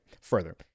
Further